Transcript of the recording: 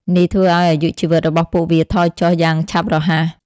នេះធ្វើឱ្យអាយុជីវិតរបស់ពួកវាថយចុះយ៉ាងឆាប់រហ័ស។